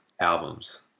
albums